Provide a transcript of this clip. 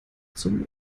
zum